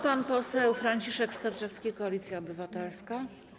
Pan poseł Franciszek Sterczewski, Koalicja Obywatelska.